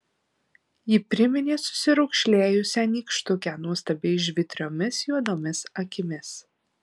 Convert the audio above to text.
ji priminė susiraukšlėjusią nykštukę nuostabiai žvitriomis juodomis akimis